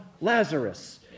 Lazarus